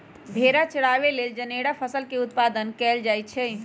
भेड़ा चराबे लेल जनेरा फसल के उत्पादन कएल जाए छै